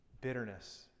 bitterness